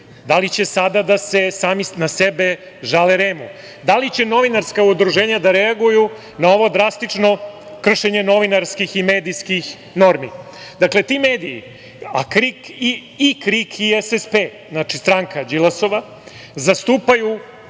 li će sada da se sami na sebe žale REM-u? Da li će novinarka udruženja da reaguju na ovo drastično kršenje novinarskih i medijskih normi? Dakle, ti mediji i KRIK i SSP, znači stranka Đilasova, zastupaju